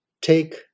take